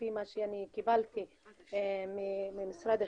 כפי מה שקיבלתי ממשרד החינוך,